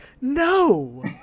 no